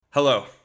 Hello